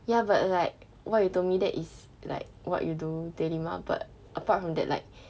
ya but like what you told me that is like what you do daily mah but apart from that like